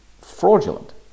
fraudulent